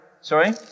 sorry